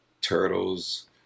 turtles